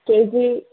ചേച്ചി